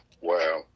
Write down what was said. Wow